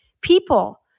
people